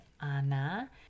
Anna